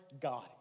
God